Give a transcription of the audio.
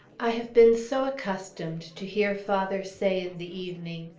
i have been so accustomed to hear father say in the evening,